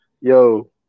Yo